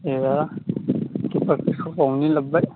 एरा किपारखो सथबावनि लाबबाय